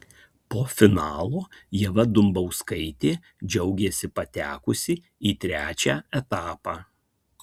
po finalo ieva dumbauskaitė džiaugėsi patekusi į trečią etapą